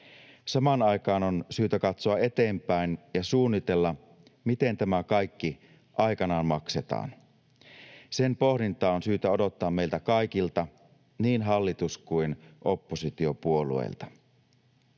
Samaan aikaan on syytä katsoa eteenpäin ja suunnitella, miten tämä kaikki aikanaan maksetaan. Sen pohdintaa on syytä odottaa meiltä kaikilta, niin hallitus- kuin oppositiopuolueilta.